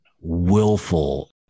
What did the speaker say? willful